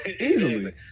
Easily